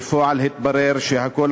בפועל התברר שהכול,